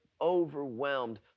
overwhelmed